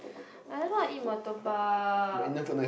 I just want to eat Murtabak